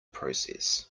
process